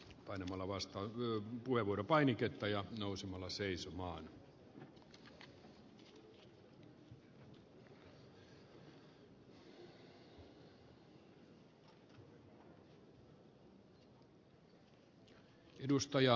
vanhala vastaa nuevod painiketta ja usva lasse arvoisa puhemies